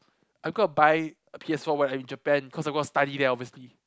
I'm gonna buy a P_S-four when I in Japan cause I'm going to study there obviously